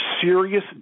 serious